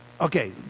Okay